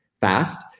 fast